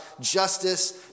justice